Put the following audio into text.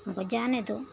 हम कहे जाने दो